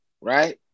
right